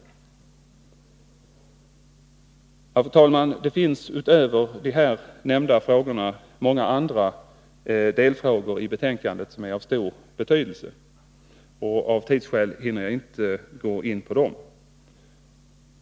Fru talman! Det finns utöver de här nämnda frågorna många andra delfrågor i betänkandet som är av stor betydelse. Av tidsskäl hinner jag inte gå in på dem.